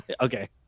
Okay